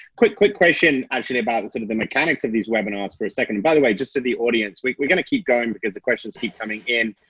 quick, quick question actually about and sort of the mechanics of like these webinars for a second. and by the way, just to the audience we were gonna keep going because the questions keep coming in.